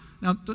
now